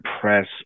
press